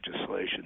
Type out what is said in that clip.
legislation